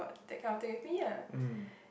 mm